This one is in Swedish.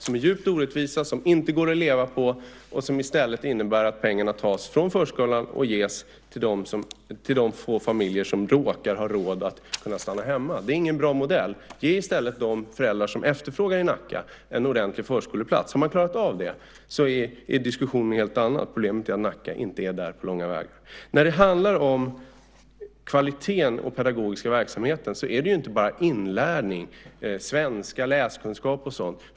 De är djupt orättvisa, de går inte att leva på och de innebär att pengarna tas från förskolan och ges till de få familjer som råkar ha råd att stanna hemma. Det är ingen bra modell. Ge i stället de föräldrar i Nacka som efterfrågar det en ordentlig förskoleplats. Har man klarat av det är diskussionen en helt annan. Problemet är att Nacka inte är där på långa vägar. När det gäller kvaliteten och den pedagogiska verksamheten handlar det inte bara om inlärning, svenska, läskunskap och sådant.